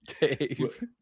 Dave